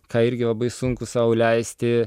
ką irgi labai sunku sau leisti